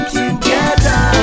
together